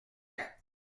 quatre